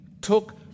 took